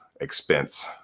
expense